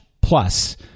plus